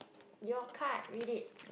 your card read it